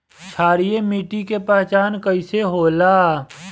क्षारीय मिट्टी के पहचान कईसे होला?